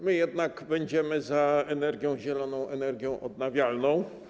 My jednak będziemy za energią zieloną, energią odnawialną.